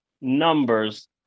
numbers